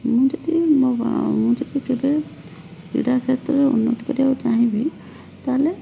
ମୁଁ ଯଦି ମୁଁ ଯଦି କେବେ କ୍ରୀଡ଼ା କ୍ଷେତ୍ରରେ ଉନ୍ନତି କରିବାକୁ ଚାହିଁବି ତା'ହେଲେ